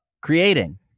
creating